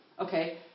okay